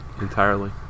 entirely